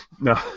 No